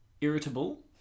irritable